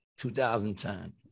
2010